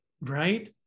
right